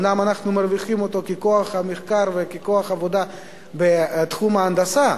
אומנם אנחנו מרוויחים אותו ככוח מחקר וככוח עבודה בתחום ההנדסה,